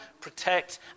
protect